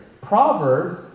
Proverbs